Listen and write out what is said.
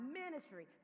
ministry